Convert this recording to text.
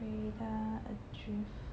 wait ah Adrift